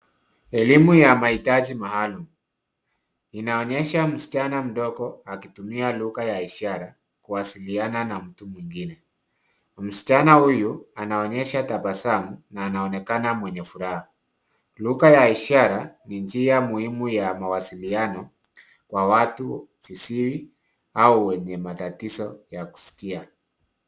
Elimu ya mahitaji maalum, inaonyesha msichana mdogo akitumia lugha ya ishara kuwasiliana na mtu mwingine. Msichana huyu anaonyesha tabasamu na anaonekana mwenye furaha. Lugha ya ishara ni njia muhimu ya mawasiliano kwa watu viziwi au wenye matatizo ya kusikia.